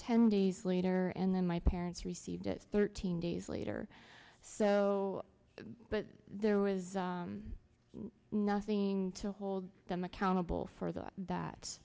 ten days later and then my parents received it thirteen days later so but there was nothing to hold them accountable for th